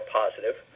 positive